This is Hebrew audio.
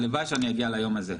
הלוואי שאני אגיע ליום הזה.